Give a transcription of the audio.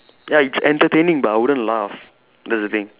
ya it's entertaining but I wouldn't laugh that's the thing